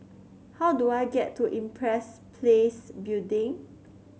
how do I get to Empress Place Building